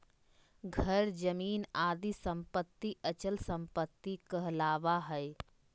घर, जमीन आदि सम्पत्ति अचल सम्पत्ति कहलावा हइ